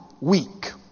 weak